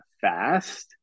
fast